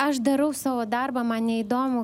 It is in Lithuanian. aš darau savo darbą man neįdomu